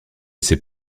ces